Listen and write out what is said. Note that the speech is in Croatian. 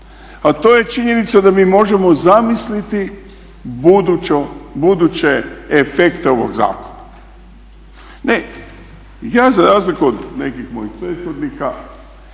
a to je činjenica da mi možemo zamisliti buduće efekte ovog zakona. Ne, ja za razliku od nekih mojih prethodnika